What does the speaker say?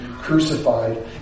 crucified